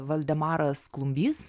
valdemaras klumbys